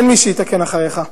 אין מי שיתקן אחריך".